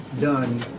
done